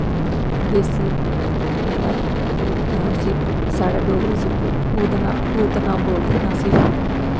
फ्ही देस्सी होंदा उस्सी साढ़ै डोगरी च पूतना बोलदे न उस्सी